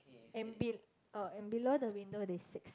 and be~ oh and below the window there's six